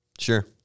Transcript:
Sure